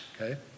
okay